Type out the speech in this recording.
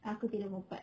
aku tidur pukul empat